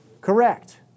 Correct